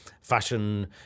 fashion